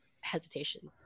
hesitation